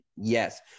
Yes